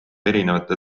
erinevate